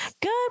Good